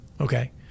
Okay